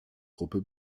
gruppe